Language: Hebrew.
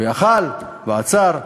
והוא יכול, והוא עצר.